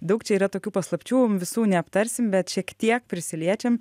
daug čia yra tokių paslapčių visų neaptarsim bet šiek tiek prisiliečiam